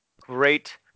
great